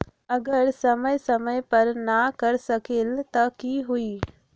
अगर समय समय पर न कर सकील त कि हुई?